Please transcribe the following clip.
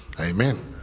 Amen